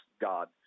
God